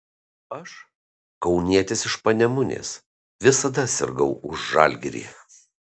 aš kaunietis iš panemunės visada sirgau už žalgirį